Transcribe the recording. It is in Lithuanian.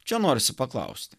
čia norisi paklaust